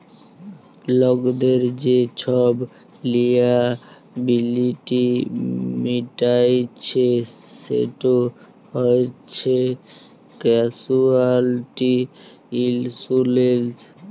লকদের যে ছব লিয়াবিলিটি মিটাইচ্ছে সেট হছে ক্যাসুয়ালটি ইলসুরেলস